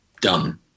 done